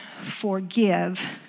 forgive